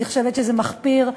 אני חושבת שזה מחפיר.